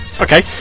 Okay